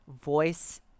voice